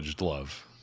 love